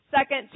second